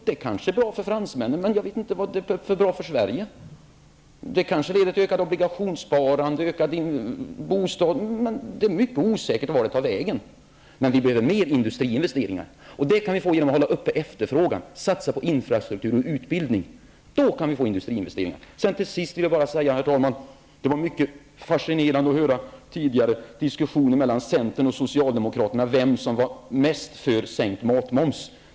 Det kanske är bra för fransmännen, men jag vet inte vad det skulle ha för betydelse för Sverige. Det kanske leder till ett ökat obligationssparande, osv. Men det är mycket osäkert vart det tar vägen. Men vi behöver fler industriinvesteringar. Och det kan vi åstadkomma genom att hålla efterfrågan uppe och satsa på infrastruktur och utbildning. Herr talman! Det var mycket fascinerande att höra den tidigare diskussionen mellan centern och socialdemokraterna om vem som var mest för sänkt matmoms.